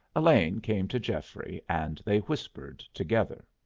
elaine came to geoffrey and they whispered together.